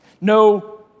No